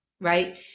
Right